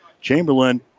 Chamberlain